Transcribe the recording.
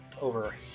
over